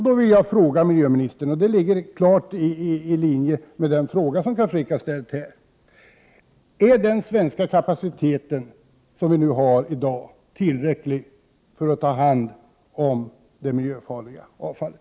Då vill jag till miljöministern rikta en fråga, som ligger i linje med den fråga som Carl Frick ställde: Är Sveriges kapacitet i dag tillräcklig för att ta hand om det miljöfarliga avfallet?